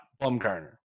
Bumgarner